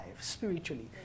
spiritually